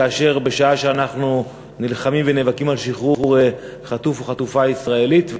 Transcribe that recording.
בשעה שאנחנו נלחמים ונאבקים על שחרור חטוף או חטופה ישראלית.